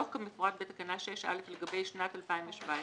דוח כמפורט בתקנה 6(א) לגבי שנת 2017,